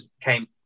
came